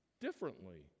differently